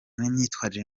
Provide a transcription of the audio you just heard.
n’imyitwarire